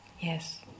Yes